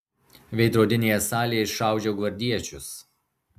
veidrodinėje salėje iššaudžiau gvardiečius